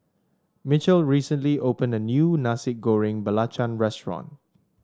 mitchel recently opened a new Nasi Goreng Belacan restaurant